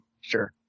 Sure